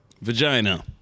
Vagina